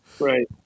Right